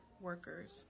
workers